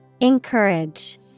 Encourage